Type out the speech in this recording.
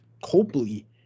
Copley